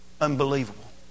Unbelievable